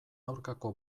aurkako